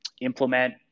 implement